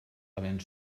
havent